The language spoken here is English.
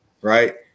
Right